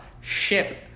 ship